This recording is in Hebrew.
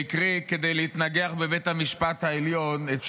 כדי להתנגח בבית המשפט העליון הוא הקריא